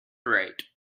rate